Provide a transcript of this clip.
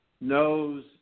knows